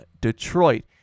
Detroit